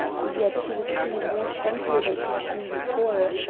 and yet she was to him more friendly than she had been before.